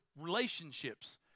relationships